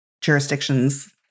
jurisdiction's